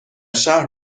شهر